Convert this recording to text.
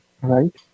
right